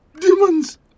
Demons